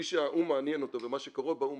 מי שהאו"ם מעניין אותו ומה שקורה באו"ם